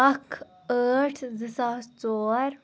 اَکھ ٲٹھ زٕ ساس ژور